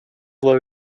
low